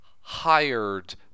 hired